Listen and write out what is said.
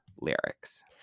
lyrics